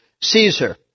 Caesar